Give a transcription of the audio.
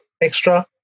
extra